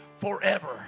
forever